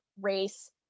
race